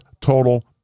total